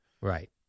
Right